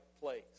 place